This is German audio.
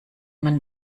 man